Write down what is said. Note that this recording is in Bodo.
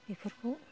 बेफोरखौ